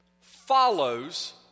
follows